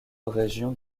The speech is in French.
région